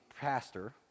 pastor